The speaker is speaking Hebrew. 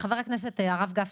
חבר הכנסת הרב גפני,